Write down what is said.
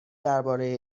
درباره